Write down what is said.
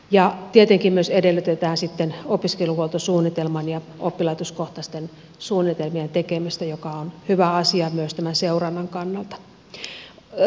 ja tietenkin myös edellytetään sitten opiskeluhuoltosuunnitelman ja oppilaitoskohtaisten suunnitelmien tekemistä mikä on hyvä asia myös tämän seurannan kannalta